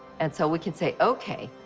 and so we can say, ok,